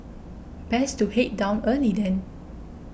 best to head down early then